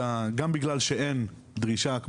גם כי אין דרישה,